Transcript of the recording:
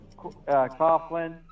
Coughlin